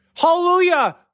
Hallelujah